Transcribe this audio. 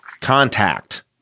contact